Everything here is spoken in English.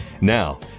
Now